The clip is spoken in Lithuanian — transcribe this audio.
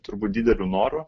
turbūt dideliu noru